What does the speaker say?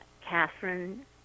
Catherine